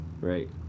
right